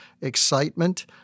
excitement